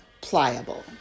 Pliable